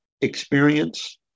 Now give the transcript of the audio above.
experience